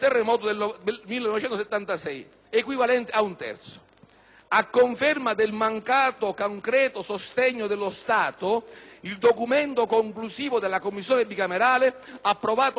A conferma del mancato concreto sostegno dello Stato, il documento conclusivo della Commissione bicamerale, approvato all'unanimità il 14 marzo 1996, afferma, in fine,